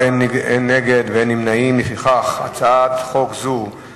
ההצעה להעביר את הצעת חוק המרכז לגביית קנסות,